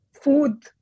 food